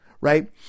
right